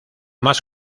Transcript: más